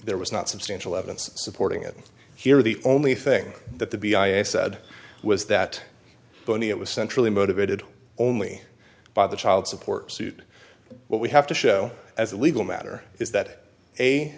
there was not substantial evidence supporting it here the only thing that the b i i said was that bunny it was centrally motivated only by the child support suit what we have to show as a legal matter is that a